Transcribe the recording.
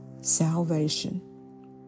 salvation